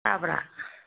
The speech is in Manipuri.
ꯇꯥꯕ꯭ꯔ